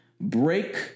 break